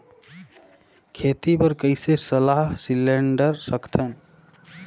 खेती बर कइसे सलाह सिलेंडर सकथन?